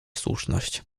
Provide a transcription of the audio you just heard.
słuszność